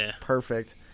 perfect